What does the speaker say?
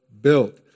built